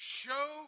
show